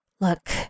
Look